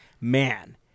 man